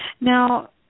Now